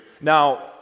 Now